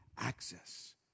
access